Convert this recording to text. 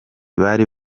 bari